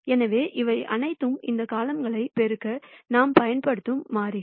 எனவே இவை அனைத்தும் இந்த காலம்கள்களை பெருக்க நாம் பயன்படுத்தும் மாறிலிகள்